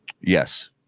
Yes